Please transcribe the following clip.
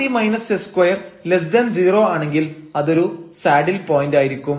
rt s20 ആണെങ്കിൽ അതൊരു saddle point ആയിരിക്കും